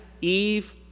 Eve